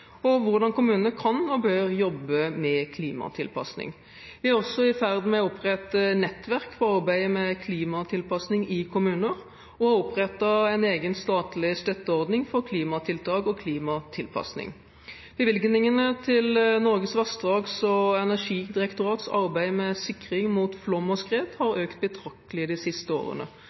hvordan kommunene kan og bør jobbe med klimatilpassing. Vi er også i ferd med å opprette nettverk for arbeid med klimatilpassing i kommuner og har opprettet en egen statlig støtteordning for klimatiltak og klimatilpassing. Bevilgningene til Norges vassdrags- og energidirektorats arbeid med sikring mot flom og skred har økt betraktelig de siste årene.